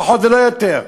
לא פחות ולא יותר.